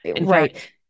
Right